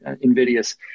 invidious